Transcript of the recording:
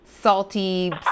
salty